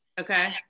okay